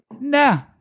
nah